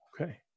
okay